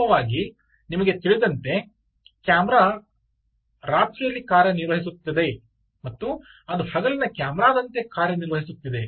ವಾಸ್ತವವಾಗಿ ನಿಮಗೆ ತಿಳಿದಿರುವಂತೆ ಕ್ಯಾಮೆರಾ ರಾತ್ರಿಯಲ್ಲಿ ಕಾರ್ಯನಿರ್ವಹಿಸುತ್ತಿದೆ ಮತ್ತು ಅದು ಹಗಲಿನ ಕ್ಯಾಮೆರಾದಂತೆ ಕಾರ್ಯನಿರ್ವಹಿಸುತ್ತಿದೆ